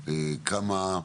כמה,